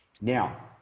Now